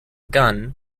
gun